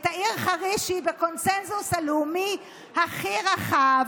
את העיר חריש, שהיא בקונסנזוס הלאומי הכי רחב.